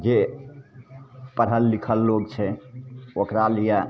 जे पढ़ल लिखल लोक छै ओकरा लिए